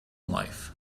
life